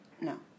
no